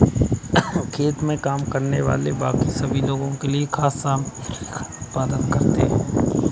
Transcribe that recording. खेत में काम करने वाले बाकी सभी लोगों के लिए खाद्य सामग्री का उत्पादन करते हैं